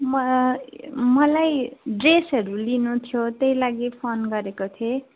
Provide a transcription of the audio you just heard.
म मलाई ड्रेसहरू लिनु थियो त्यही लागि फोन गरेको थिएँ